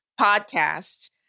podcast